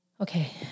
Okay